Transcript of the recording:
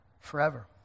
forever